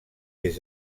des